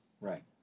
Right